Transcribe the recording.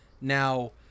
Now